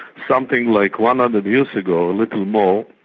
something like one hundred years ago, a little more,